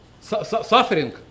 suffering